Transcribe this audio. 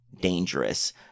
dangerous